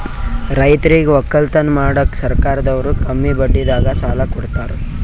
ರೈತರಿಗ್ ವಕ್ಕಲತನ್ ಮಾಡಕ್ಕ್ ಸರ್ಕಾರದವ್ರು ಕಮ್ಮಿ ಬಡ್ಡಿದಾಗ ಸಾಲಾ ಕೊಡ್ತಾರ್